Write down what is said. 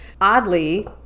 Oddly